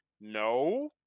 no